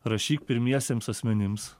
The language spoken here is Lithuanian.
rašyk pirmiesiems asmenims